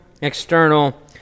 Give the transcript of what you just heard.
external